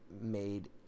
made